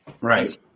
Right